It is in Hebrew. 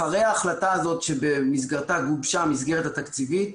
אחרי ההחלטה הזאת שבמסגרתה גובשה המסגרת התקציבית,